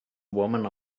woman